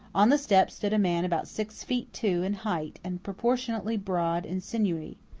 on the step stood a man about six feet two in height, and proportionately broad and sinewy.